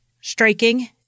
striking